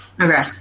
Okay